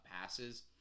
passes